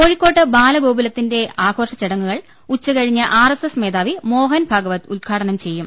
കോഴിക്കോട്ട് ബാലഗോകുലത്തിന്റെ ആഘോഷചടങ്ങുകൾ ഉച്ച കഴിഞ്ഞ് ആർഎസ്എസ് മേധാവി മോഹൻ ഭാഗവത് ഉദ്ഘാടനം ചെയ്യും